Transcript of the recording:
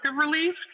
relief